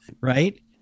Right